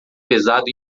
pesado